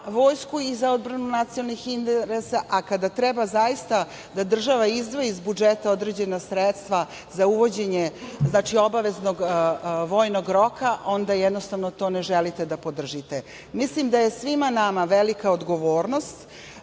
vojsku i za odbranu nacionalnih interesa, a kada treba zaista da država izdvoji iz budžeta određena sredstva za uvođenje obaveznog vojnog roka, onda to ne želite da podržite. Mislim da je na svima nama velika odgovornost